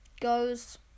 goes